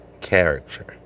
character